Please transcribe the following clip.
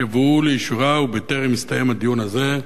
שהובאו לאישורה ובטרם הסתיים הדיון בהן.